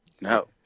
no